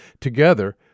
together